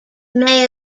may